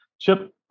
Chip